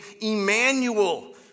Emmanuel